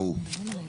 ברור.